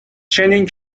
چنین